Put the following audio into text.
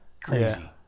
crazy